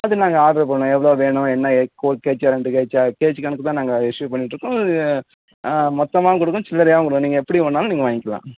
அது நாங்கள் ஆர்டர் பண்ணுவோம் எவ்வளோ வேணும் என்ன ஹால் கேச்சா ரெண்டு கேச்சா கேஜி கணக்கு தான் நாங்கள் இஸ்யூ பண்ணிகிட்ருக்கோம் மொத்தமாகவும் கொடுக்கும் சில்லரையாவும் கொடுக்கும் நீங்கள் எப்படி வேன்னாலும் நீங்கள் வாங்கிக்கலாம்